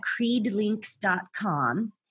creedlinks.com